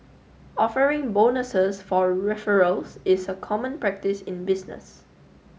offering bonuses for referrals is a common practice in business